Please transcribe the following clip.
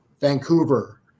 Vancouver